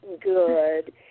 Good